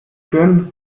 führen